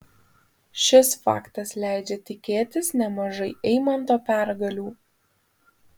šis faktas leidžia tikėtis nemažai eimanto pergalių